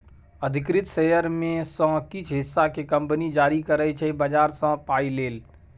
अधिकृत शेयर मे सँ किछ हिस्सा केँ कंपनी जारी करै छै बजार सँ पाइ लेल